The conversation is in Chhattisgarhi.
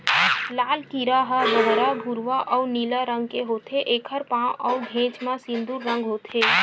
लाल कीरा ह बहरा भूरवा अउ नीला रंग के होथे, एखर पांव अउ घेंच म सिंदूर रंग होथे